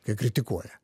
kai kritikuoja